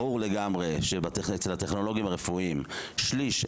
ברור לגמרי ששליש מתוך הטכנולוגים הרפואיים הם